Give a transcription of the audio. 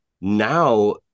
now